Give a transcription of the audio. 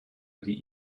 wedi